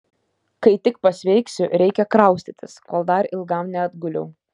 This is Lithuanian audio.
kai tik pasveiksiu reikia kraustytis kol dar ilgam neatguliau